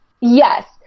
Yes